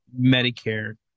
medicare